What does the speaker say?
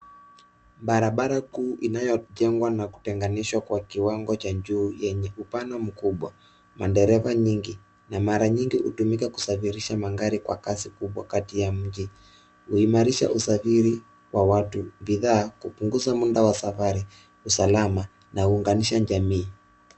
Barabara kuu inayojengwa na kutenganishwa kwa kiwango cha juu yenye upano mkubwa. Madereva nyingi, na mara nyingi hutumika kusafirisha magari kwa kasi kubwa kati ya mji. Huimarisha usafiri wa watu, bidhaa, kupunguza muda wa safari, usalama, na huunganisha jamii.